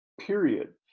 period